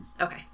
Okay